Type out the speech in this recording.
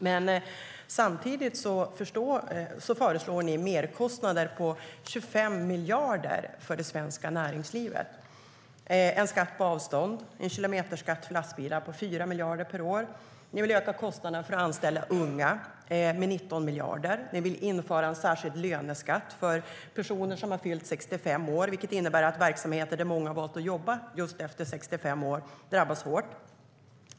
Men samtidigt föreslår ni merkostnader på 25 miljarder för det svenska näringslivet. Det handlar om en skatt på avstånd, en kilometerskatt för lastbilar på 4 miljarder per år. Ni vill öka kostnaderna för att anställa unga med 19 miljarder. Ni vill införa en särskild löneskatt för personer som har fyllt 65 år, vilket innebär att verksamheter där många har valt att jobba just efter 65 år drabbas hårt.